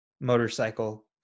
motorcycle